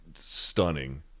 stunning